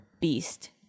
beast